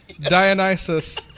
Dionysus